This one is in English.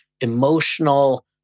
emotional